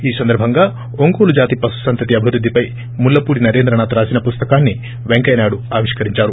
ఈ సందర్బంగా ఒంగోలు జాతి పశు సంతతి అభివృద్దిపై ముళ్లపూడి నరేంధ్ర నాథ్ రాసిన పుస్తకాన్ని వెంకయ్య నాయుడు ఆవిష్కరించారు